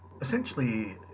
Essentially